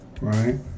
right